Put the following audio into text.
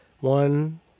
one